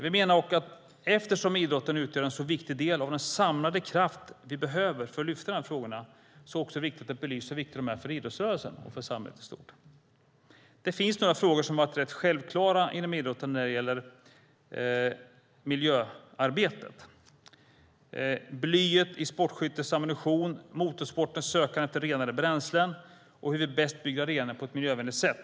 Vi menar dock att eftersom idrotten utgör en sådan viktig del av den samlade kraft som vi behöver för att lyfta dessa frågor är det också viktigt att belysa hur viktiga de är för idrottsrörelsen och för samhället i stort. Det finns några frågor som har varit rätt självklara inom idrotten när det gäller miljöarbetet: blyet i sportskyttets ammunition, motorsportens sökande efter renare bränslen och hur vi bäst bygger arenor på ett miljövänligt sätt.